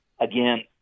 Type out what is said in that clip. Again